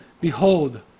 Behold